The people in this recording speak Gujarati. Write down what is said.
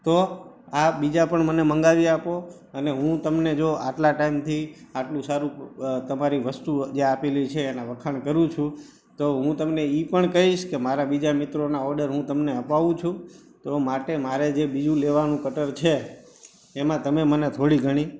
તો આ બીજા પણ મને મગાવી આપો અને હું તમને જો આટલા ટાઈમથી આટલું સારું તમારી વસ્તુ જે આપેલી છે એના વખાણ કરું છું તો હું તમને એ પણ કહીશ કે મારા બીજા મિત્રોના ઓર્ડર હું તમને અપાવું છું તો માટે મારે જે બીજું લેવાનું કટર છે એમાં તમે મને થોડી ઘણી